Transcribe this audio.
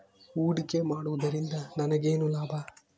ಹೂಡಿಕೆ ಮಾಡುವುದರಿಂದ ನನಗೇನು ಲಾಭ?